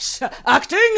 acting